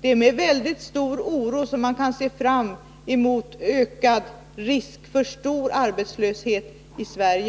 Det är med djup oro man kan se fram mot ökad risk för stor arbetslöshet också i Sverige.